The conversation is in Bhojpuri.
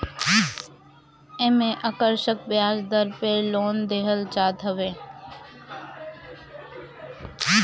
एमे आकर्षक बियाज दर पे लोन देहल जात हवे